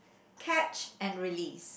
catch and release